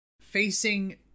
Facing